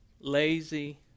lazy